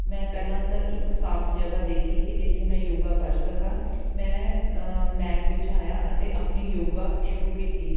ਮੈਂ ਪਹਿਲਾਂ ਤਾਂ ਇੱਕ ਸਾਫ਼ ਜਗ੍ਹਾ ਦੇਖੀ ਕਿ ਜਿੱਥੇ ਮੈਂ ਯੋਗਾ ਕਰ ਸਕਾਂ ਮੈਂ ਮੈਟ ਵਿਛਾਇਆ ਅਤੇ ਆਪਣੀ ਯੋਗਾ ਸ਼ੁਰੂ ਕੀਤੀ